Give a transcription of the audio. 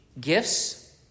gifts